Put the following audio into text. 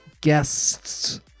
guests